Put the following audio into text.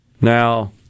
Now